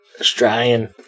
Australian